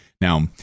Now